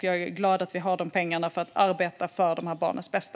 Jag är glad att vi har de pengarna för att arbeta för de här barnens bästa.